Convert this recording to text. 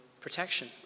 protection